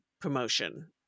promotion